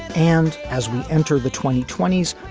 and as we enter the twenty twenty s,